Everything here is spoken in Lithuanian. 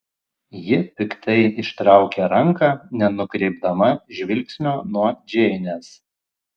ji piktai ištraukė ranką nenukreipdama žvilgsnio nuo džeinės